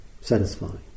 satisfying